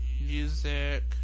music